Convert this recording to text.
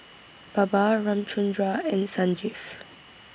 Baba Ramchundra and Sanjeev